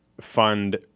fund